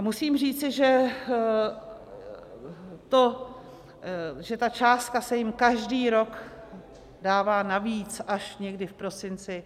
Musím říci, že ta částka se jim každý rok dává navíc až někdy v prosinci.